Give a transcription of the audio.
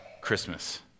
Christmas